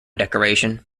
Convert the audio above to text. decoration